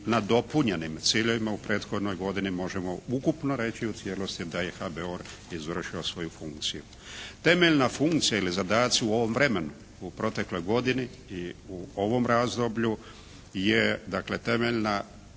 nadopunjenim ciljevima u prethodnoj godini možemo ukupno reći u cijelosti da je HBOR izvršio svoju funkciju. Temeljna funkcija ili zadaci u ovom vremenu u protekloj godini i u ovom razdoblju je dakle temeljna